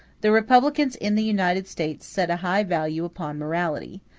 the republicans in the united states set a high value upon morality,